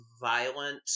violent